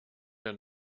der